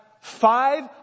five